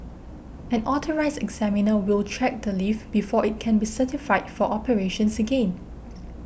an Authorised Examiner will check the lift before it can be certified for operations again